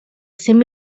cent